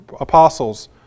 apostles